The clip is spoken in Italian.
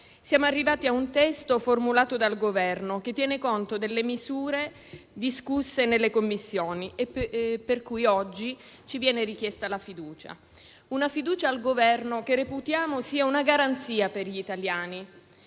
siamo arrivati ad un testo formulato dal Governo che tiene conto delle misure discusse nelle Commissioni e per cui oggi ci viene richiesta la fiducia. Una fiducia al Governo che reputiamo sia una garanzia per gli italiani